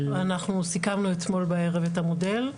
אנחנו סיכמנו אתמול בערב את המודל.